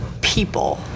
people